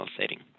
setting